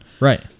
Right